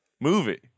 movie